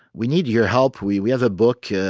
we need your help. we we have a book. yeah